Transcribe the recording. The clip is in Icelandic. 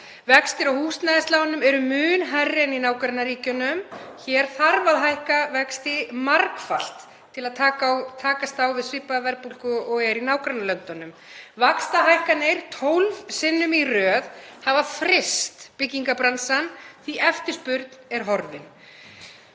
Vextir á húsnæðislánum eru mun hærri en í nágrannaríkjunum. Hér þarf að hækka vexti margfalt til að takast á við svipaða verðbólgu og er í nágrannalöndunum. Vaxtahækkanir 12 sinnum í röð hafa fryst byggingarbransann því að eftirspurn er horfin.